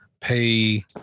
pay